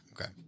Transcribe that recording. Okay